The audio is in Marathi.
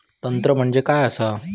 तंत्र म्हणजे काय असा?